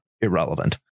irrelevant